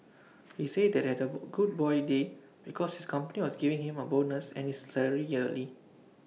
he said that had double good boy day because his company was giving him A bonus and his salary yearly